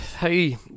hey